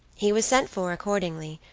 he was sent for accordingly,